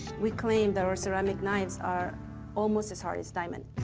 we claim that our ceramic knives are almost as hard as diamond.